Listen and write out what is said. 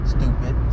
Stupid